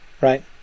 Right